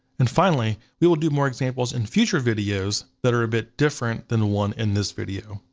and finally, we will do more examples in future videos that are a bit different than the one in this video.